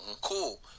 Cool